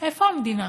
איפה המדינה?